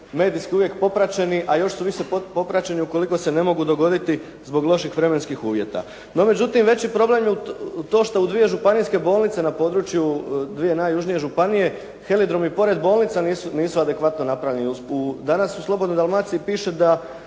medijski uvijek popraćeni, a još su više popraćeni ukoliko se ne mogu dogoditi zbog loših vremenskih uvjeta. No međutim, veći problem je to što u dvije županijske bolnice na području dvije najjužnije županije heliodrom je pored bolnice, nisu adekvatno napravljeni. Danas u Slobodnoj Dalmaciji piše da